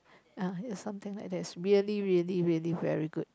uh is something like that is really really really very good